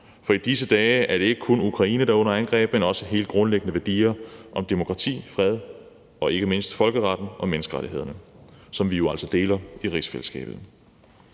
For i disse dage er det ikke kun Ukraine, der er under angreb, men også helt grundlæggende værdier om demokrati, fred og ikke mindst folkeretten og menneskerettighederne, som vi jo altså deler i rigsfællesskabet.